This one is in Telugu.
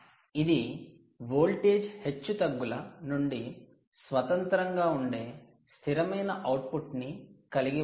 ఇది వోల్టేజ్ హెచ్చుతగ్గుల నుండి స్వతంత్రంగా ఉండే స్థిరమైన అవుట్పుట్ ని కలిగి ఉండాలి